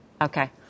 okay